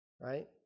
Right